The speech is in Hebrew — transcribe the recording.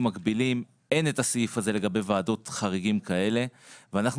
מקבילים אין את הסעיף הזה לגבי ועדות חריגים כאלה ואנחנו